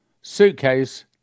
suitcase